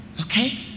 okay